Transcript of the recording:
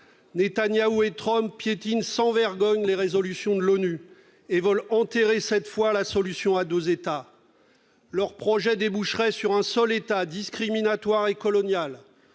Netanyahou et Trump piétinent sans vergogne les résolutions de l'ONU et veulent enterrer cette fois la solution à deux États. Leur projet déboucherait sur un seul État discriminatoire et colonial,